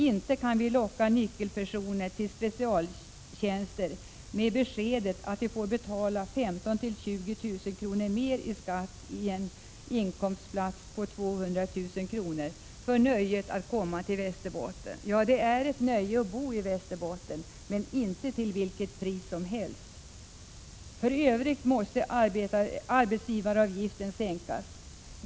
Inte kan vi locka nyckelpersoner till specialtjänster med beskedet att de får betala 15 000-20 000 kr. mer i skatt i en inkomstklass på 20 000 kr. för nöjet att komma till Västerbotten! Ja, det är ett nöje att bo i Västerbotten, men inte till vilket pris som helst. Dessutom måste arbetsgivaravgiften sänkas.